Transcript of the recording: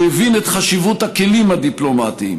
הוא הבין את חשיבות הכלים הדיפלומטיים